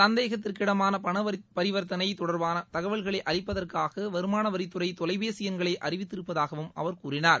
சந்தேகத்திற்கிடமான பணப்பரிவா்த்தனை தொடா்பான தகவல்களை அளிப்பதற்காக வருவமானவாித்துறை தொலைபேசி எண்களை அறிவித்திருப்பதாகவும் அவர் கூறினார்